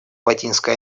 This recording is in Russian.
латинской